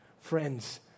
Friends